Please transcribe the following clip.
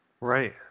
Right